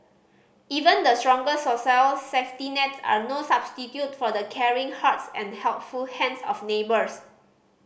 even the strongest safety nets are no substitute for the caring hearts and helpful hands of neighbours